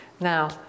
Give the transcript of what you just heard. Now